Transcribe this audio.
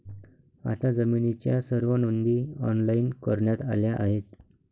आता जमिनीच्या सर्व नोंदी ऑनलाइन करण्यात आल्या आहेत